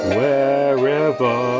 wherever